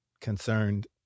concerned